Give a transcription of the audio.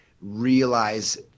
realize